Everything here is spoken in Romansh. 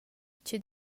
che